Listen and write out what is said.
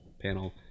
panel